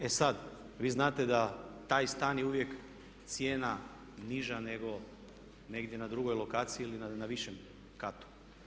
E sad, vi znate da taj stan je uvijek cijena niža nego negdje na drugoj lokaciji ili na višem katu.